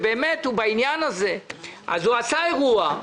אז הוא עשה אירוע,